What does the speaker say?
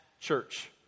church